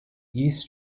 east